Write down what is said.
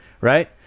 right